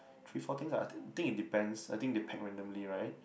three four things ah I I think it depends I think they pack randomly right